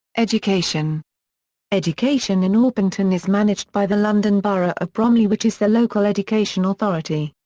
education education in orpington is managed by the london borough of bromley which is the local education authority.